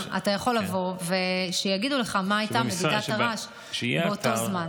אתה יכול לבוא ושיגידו לך מה הייתה מדידת הרעש באותו זמן.